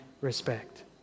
respect